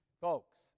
Folks